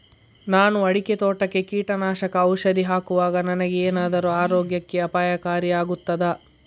ನಾನು ಅಡಿಕೆ ತೋಟಕ್ಕೆ ಕೀಟನಾಶಕ ಔಷಧಿ ಹಾಕುವಾಗ ನನಗೆ ಏನಾದರೂ ಆರೋಗ್ಯಕ್ಕೆ ಅಪಾಯಕಾರಿ ಆಗುತ್ತದಾ?